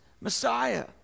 Messiah